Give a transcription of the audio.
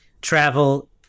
travel